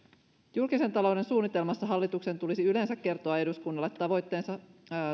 julkisen talouden suunnitelmassa hallituksen tulisi yleensä kertoa eduskunnalle tavoitteensa